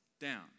down